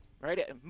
right